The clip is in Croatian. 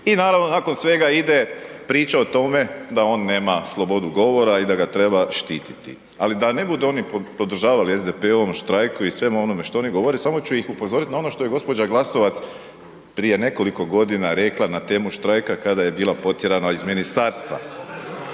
i naravno nakon svega ide priča o tome da on nema slobodu govora i da ga treba štititi. Ali da ne budu oni podržavali SDP-ovom štrajku i svemu onome što oni govore samo ću ih upozorit na ono što je gospođa Glasovac prije nekoliko godina rekla na temu štrajka kada je bila potjerana iz ministarstva.